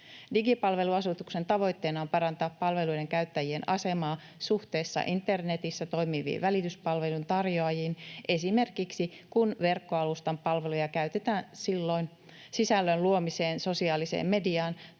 Digipalveluasetuksen tavoitteena on parantaa palveluiden käyttäjien asemaa suhteessa internetissä toimiviin välityspalvelujen tarjoajiin, kun esimerkiksi verkkoalustan palveluja käytetään sisällön luomiseen, sosiaaliseen mediaan